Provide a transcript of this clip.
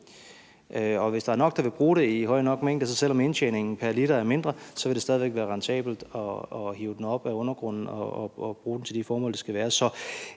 Og hvis der er nok, der vil bruge det i stor nok mængde, vil det stadig væk, selv om indtjeningen pr. liter vil være mindre, være rentabelt at hive den op af undergrunden og bruge den til de formål, der kan være.